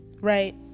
right